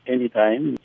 Anytime